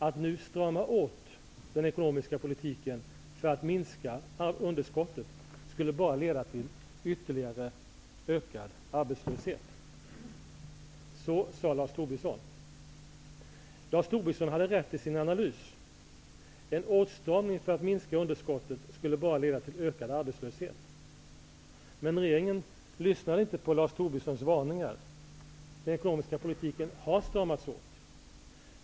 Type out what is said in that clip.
Han ansåg bara skulle leda till ytterligre ökad arbetslöshet att nu strama åt den den ekonomika politiken för att minska underskottet. Så sade Lars Tobisson. Lars Tobisson hade rätt i sin analys. En åtstramning för att minska underskottet skulle bara leda till ökad arbetslöshet. Men regeringen lyssnade inte på Lars Tobissons varningar. Den ekonomiska politiken har stramats åt.